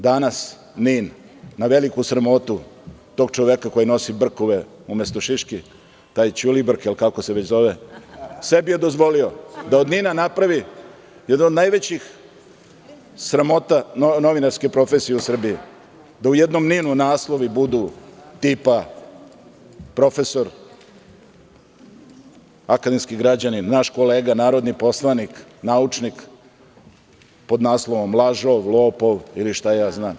Danas NIN na veliku sramotu tog čoveka koji nosi brkove umesto šiški, taj Ćulibrk, kako se već zove, sebi je dozvolio da od NIN-a napravi jednu od najvećih sramota novinarske profesije u Srbije, da u jednom NIN-u naslovi budu tipa, profesor, akademski građanin, naš kolega narodni poslanik, naučnik, pod naslovom – lažov, lopov ili šta ja znam.